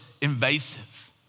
invasive